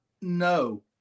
no